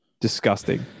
disgusting